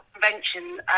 convention